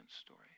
story